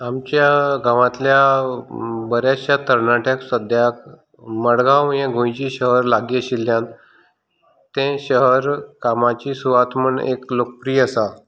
आमच्या गांवांतल्या बऱ्याचश्या तरणाट्यांक सद्याक मडगांव हें गोंयचें शहर लागीं आशिल्ल्यान तें शहर कामाची सुवात म्हूण एक लोकप्रिय आसा